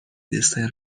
دسر